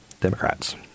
Democrats